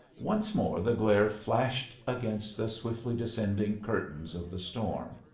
once more the glare flashed against the swiftly-descending curtains of the storm.